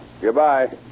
Goodbye